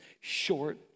short